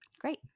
Great